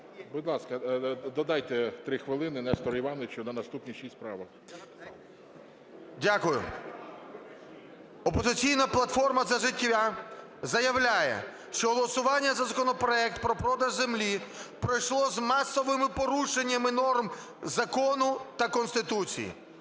додайте 3 хвилини Нестору Івановичу на наступні 6 правок. 22:41:56 ШУФРИЧ Н.І. Дякую. "Опозиційна платформа – За життя" заявляє, що голосування за законопроект про продаж землі пройшло з масовими порушеннями норм закону та Конституції.